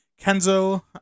Kenzo